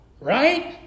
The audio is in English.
Right